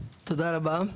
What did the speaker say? תודה רבה.